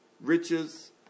riches